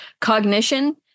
Cognition